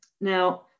Now